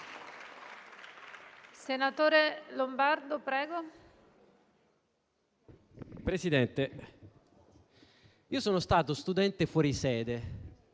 Presidente, io sono stato studente fuori sede